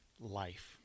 life